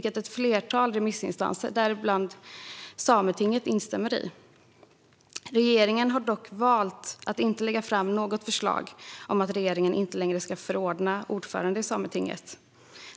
Ett flertal remissinstanser, däribland Sametinget, instämmer i detta. Regeringen har dock valt att inte lägga fram något förslag om att regeringen inte längre ska förordna ordförande i Sametinget.